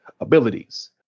abilities